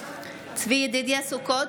צבי ידידיה סוכות,